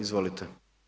Izvolite.